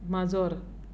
माजर